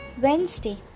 Wednesday